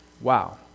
Wow